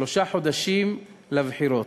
שלושה חודשים לבחירות.